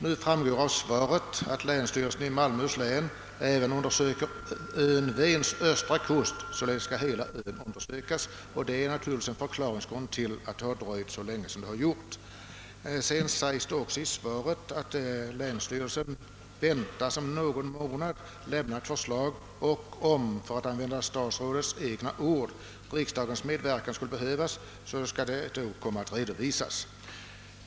Av svaret i dag framgår att länsstyrelsen i Malmöhus län även undersöker ön Vens östra kust och att hela ön sålunda skall undersökas. Det förklarar varför dessa undersökningar har dragit så långt ut på tiden. I svaret säges vidare att länsstyrelsen om någon månad väntas redovisa resultatet av undersökningarna. Om »riksdagens medverkan fordras får bedömas mot bakgrunden av det material som kommer att redovisas» — för att använda statsrådets egna ord.